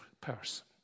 person